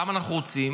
למה אנחנו רוצים?